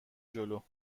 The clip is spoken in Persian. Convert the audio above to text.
جلو